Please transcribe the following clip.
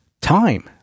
time